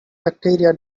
bacteria